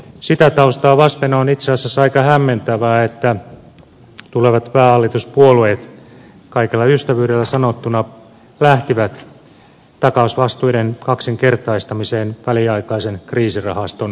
sitä taustaa vasten on itse asiassa aika hämmentävää että tulevat päähallituspuolueet kaikella ystävyydellä sanottuna lähtivät takausvastuiden kaksinkertaistamiseen väliaikaisen kriisirahaston osalta